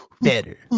better